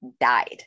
died